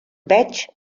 veig